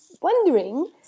wondering